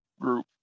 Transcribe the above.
group